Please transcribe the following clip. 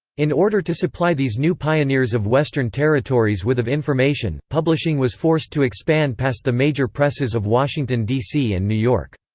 in order to supply these new pioneers of western territories with of information, publishing was forced to expand past the major presses of washington d c. and new york.